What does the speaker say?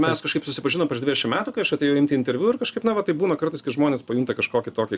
mes kažkaip susipažinom prieš dvidešim metų kai aš atėjau imti interviu ir kažkaip na va taip būna kartais kai žmonės pajunta kažkokį tokį